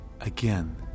Again